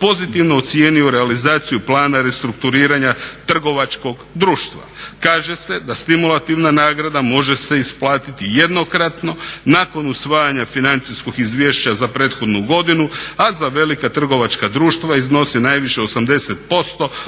pozitivno ocijenio realizaciju plana restrukturiranja trgovačkog društva. Kaže se da stimulativna nagrada može se isplatiti jednokratno, nakon usvajanja financijskog izvješća za prethodnu godinu a za velika trgovačka društva iznosi najviše 80%